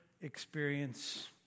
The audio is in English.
experience